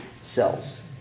cells